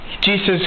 Jesus